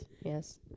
Yes